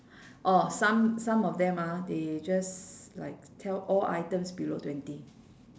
orh some some of them ah they just like sell all items below twenty